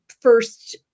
first